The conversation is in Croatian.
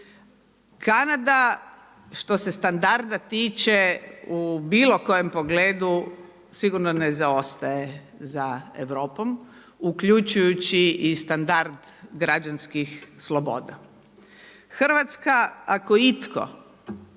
Kanada, što se standarda tiče, u bilo kojem pogledu sigurno ne zaostaje za Europom, uključujući i standard građanskih sloboda. Hrvatska, ako itko